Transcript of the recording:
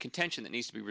contention that needs to be